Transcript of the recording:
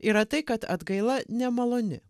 yra tai kad atgaila nemaloni